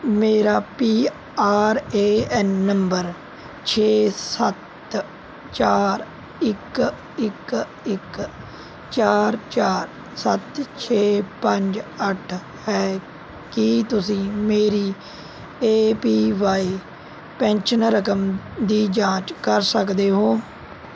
ਮੇਰਾ P R A N ਨੰਬਰ ਛੇ ਸੱਤ ਚਾਰ ਇੱਕ ਇੱਕ ਇੱਕ ਚਾਰ ਚਾਰ ਸੱਤ ਛੇ ਪੰਜ ਅੱਠ ਹੈ ਕੀ ਤੁਸੀਂ ਮੇਰੀ ਏ ਪੀ ਵਾਈ ਪੈਨਸ਼ਨ ਰਕਮ ਦੀ ਜਾਂਚ ਕਰ ਸਕਦੇ ਹੋ